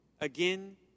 again